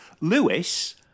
Lewis